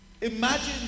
imagine